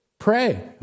Pray